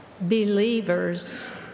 Believers